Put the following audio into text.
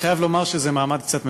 אני חייב לומר שזה מעמד קצת מבייש,